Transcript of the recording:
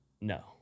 No